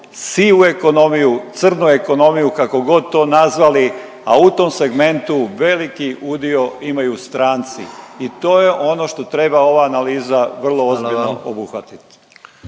sivu ekonomiju, crnu ekonomiju, kako god to nazvali, a u tom segmentu veliki udio imaju stranci i to je ono što treba ova analiza vrlo ozbiljno obuhvatiti.